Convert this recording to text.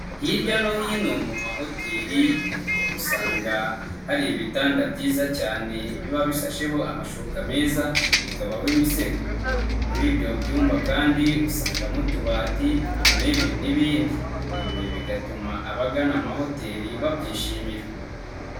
Hirya no hino mu mahoteli ukunze gusanga, hari ibitanda byiza cyane biba bisasheho amashuka meza, bikabaho imisego. Muri ibyo byumba kandi usangamo utubati intebe n'ibindi. Ibi bigatuma abagana amahoteli babyishimira.